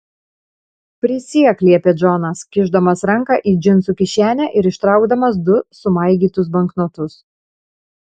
prisiek liepė džonas kišdamas ranką į džinsų kišenę ir ištraukdamas du sumaigytus banknotus